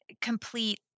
complete